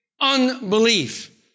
Unbelief